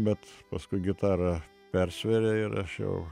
bet paskui gitara persvėrė ir aš jau